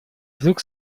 вдруг